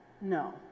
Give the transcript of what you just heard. no